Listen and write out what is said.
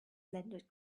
landed